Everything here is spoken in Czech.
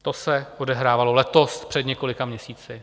To se odehrávalo letos, před několika měsíci.